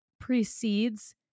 precedes